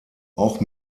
auch